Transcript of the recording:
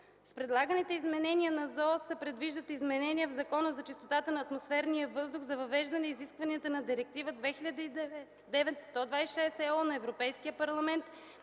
С предлаганите изменения на ЗООС се предвиждат изменения в Закона за чистотата на атмосферния въздух за въвеждане изискванията на Директива 2009/126/ЕО на Европейския парламент